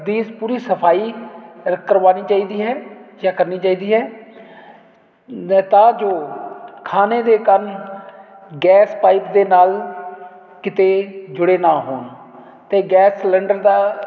ਦੀ ਪੂਰੀ ਸਫਾਈ ਰ ਕਰਵਾਉਣੀ ਚਾਹੀਦੀ ਹੈ ਜਾਂ ਕਰਨੀ ਚਾਹੀਦੀ ਹੈ ਤਾਂ ਜੋ ਖਾਣੇ ਦੇ ਕਾਰਨ ਗੈਸ ਪਾਈਪ ਦੇ ਨਾਲ ਕਿਤੇ ਜੁੜੇ ਨਾ ਹੋਣ ਅਤੇ ਗੈਸ ਸਲੰਡਰ ਦਾ